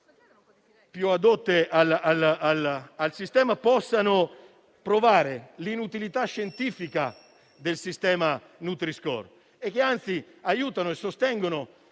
più esperte del sistema, possano provare l'inutilità scientifica del sistema nutri-score e che anzi aiutino e sostengano